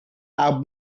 are